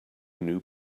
new